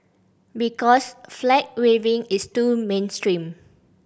because flag waving is too mainstream